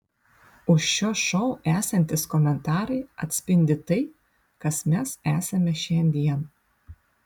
už šio šou esantys komentarai atspindi tai kas mes esame šiandien